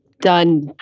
done